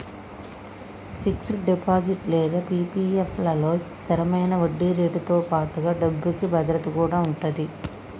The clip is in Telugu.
ఫిక్స్డ్ డిపాజిట్ లేదా పీ.పీ.ఎఫ్ లలో స్థిరమైన వడ్డీరేటుతో పాటుగా డబ్బుకి భద్రత కూడా ఉంటది